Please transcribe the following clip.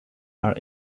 are